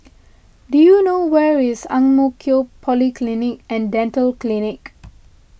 do you know where is Ang Mo Kio Polyclinic and Dental Clinic